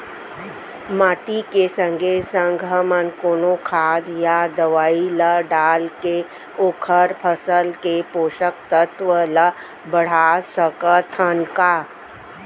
माटी के संगे संग हमन कोनो खाद या दवई ल डालके ओखर फसल के पोषकतत्त्व ल बढ़ा सकथन का?